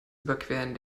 überqueren